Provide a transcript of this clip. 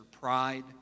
pride